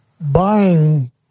buying